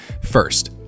First